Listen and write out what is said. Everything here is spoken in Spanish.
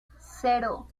cero